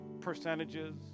percentages